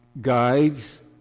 guides